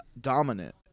Dominant